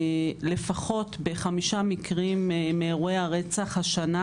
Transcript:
לפחות בחמישה מקרים מאירועי רצח השנה,